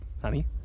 honey